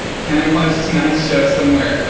can i watch tonight's show somewhere?